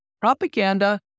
Propaganda